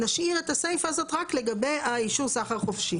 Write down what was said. נשאיר את הסיפה הזאת רק לגבי האישור סחר חופשי.